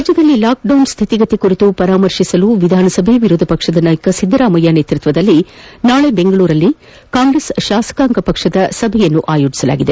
ರಾಜ್ಯದಲ್ಲಿ ಲಾಕ್ಡೌನ್ ಸ್ಥಿತಿಗತಿ ಕುರಿತು ಪರಾಮರ್ಶೆ ನಡೆಸಲು ವಿಧಾನಸಭೆ ವಿರೋಧ ಪಕ್ಷದ ನಾಯಕ ಸಿದ್ದರಾಮಯ್ಯ ನೇತೃತ್ವದಲ್ಲಿ ನಾಳೆ ಬೆಂಗಳೂರಿನಲ್ಲಿ ಕಾಂಗ್ರೆಸ್ ಶಾಸಕಾಂಗ ಪಕ್ಷದ ಸಭೆ ಕರೆಯಲಾಗಿದೆ